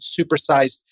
supersized